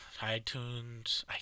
iTunes